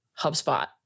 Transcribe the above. HubSpot